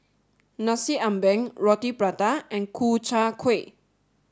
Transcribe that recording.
Nasi Ambeng Roti Prata and Ku Chai Kueh